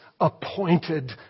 appointed